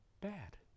bad